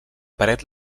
paret